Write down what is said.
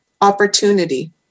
opportunity